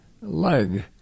leg